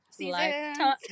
lifetime